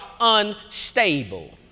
unstable